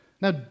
Now